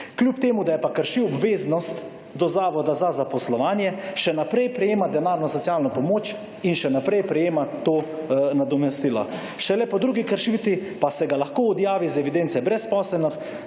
Kljub temu, da je pa kršil obveznost do Zavoda za zaposlovanje, še naprej prejema denarno socialno pomoč in še naprej prejema to nadomestilo. Šele po drugi kršitvi pa se ga lahko odjavi iz evidence brezposelnosti,